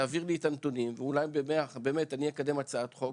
תעביר לי את הנתונים ואולי באמת אני אקדם הצעת חוק